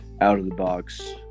out-of-the-box